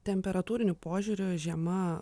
temperatūriniu požiūriu žiema